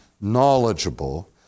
knowledgeable